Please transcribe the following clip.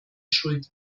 schuld